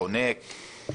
חונק,